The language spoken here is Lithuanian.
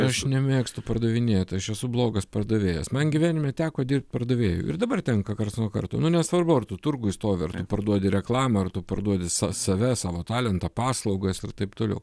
aš nemėgstu pardavinėt aš esu blogas pardavėjas man gyvenime teko dirbt pardavėju ir dabar tenka karts nuo karto nu nesvarbu ar tu turguj stovi ar parduodi reklamą ar tu parduodi sa save savo talentą paslaugas ir taip toliau